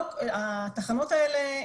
התחנות האלה,